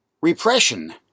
repression